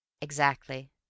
Exactly